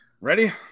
ready